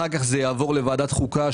אחר כך זה יעבור לוועדת חוקה,